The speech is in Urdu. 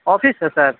آفس ہے سر